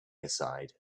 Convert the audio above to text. aside